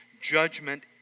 judgment